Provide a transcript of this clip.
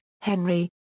Henry